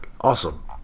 Awesome